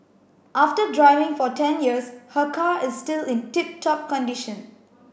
after driving for ten years her car is still in tip top condition